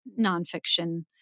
nonfiction